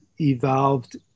evolved